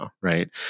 right